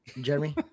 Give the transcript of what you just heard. Jeremy